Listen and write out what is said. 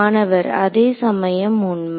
மாணவர் அதேசமயம் உண்மை